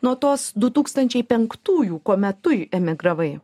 nuo tos du tūkstančiai penktųjų kuomet tu emigravai